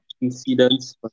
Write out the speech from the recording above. incidents